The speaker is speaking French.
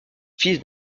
fils